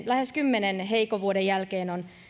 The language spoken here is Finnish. lähes kymmenen heikon vuoden jälkeen suomen